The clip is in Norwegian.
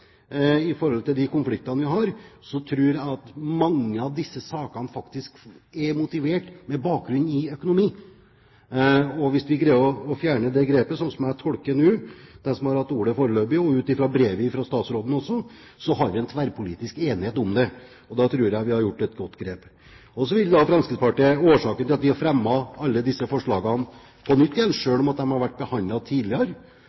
de konfliktene vi har, tror jeg at mange av disse sakene faktisk er økonomisk motivert. Hvis vi greier å fjerne dette, slik jeg nå tolker dem som har hatt ordet, og også ut fra brevet fra statsråden, har vi en tverrpolitisk enighet om det. Da tror jeg vi har gjort et godt grep. Årsaken til at Fremskrittspartiet har fremmet alle disse forslagene på nytt, selv om de har vært behandlet tidligere,